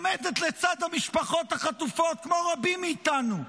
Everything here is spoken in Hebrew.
עומדת לצד המשפחות החטופות, כמו רבים מאיתנו,